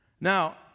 Now